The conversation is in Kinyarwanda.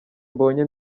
mbonye